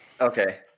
Okay